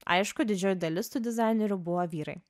aišku didžioji dalis tų dizainerių buvo vyrai